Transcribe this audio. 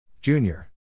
Junior